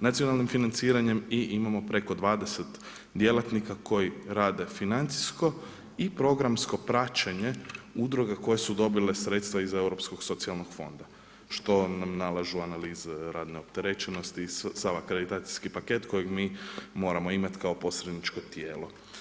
nacionalnim financiranjem i imamo preko 20 djelatnika koji rade financijsko i programsko praćenje udruga koje su dobile sredstva iz Europskog socijalnog fonda što nam nalažu analize radne opterećenosti i sav akreditacijski paket kojeg mi moramo imati kao posredničko tijelo.